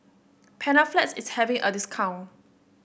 Panaflex is having a discount